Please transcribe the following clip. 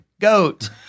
goat